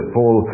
Paul